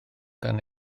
gan